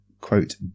quote